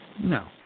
No